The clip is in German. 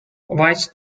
weißt